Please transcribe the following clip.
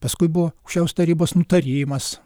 paskui buvo šios tarybos nutarimas